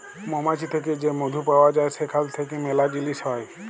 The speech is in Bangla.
মমাছি থ্যাকে যে মধু পাউয়া যায় সেখাল থ্যাইকে ম্যালা জিলিস হ্যয়